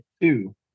two